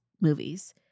movies